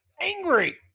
angry